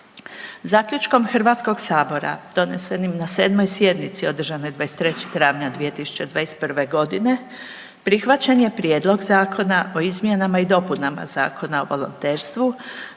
Zaključkom HS donesenim na 7. sjednici održanoj 23. travnja 2021.g. prihvaćen je Prijedlog zakona o izmjenama i dopunama Zakona o volonterstvu,